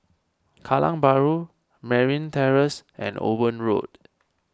Kallang Bahru Merryn Terrace and Owen Road